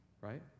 right